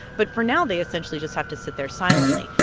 but for now, they, essentially, just have to sit there silently.